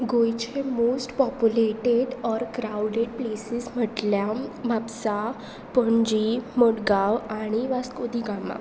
गोंयचे most populated or crowded places म्हटल्यार म्हापसा पणजी मडगांव आनी वास्को दी गामा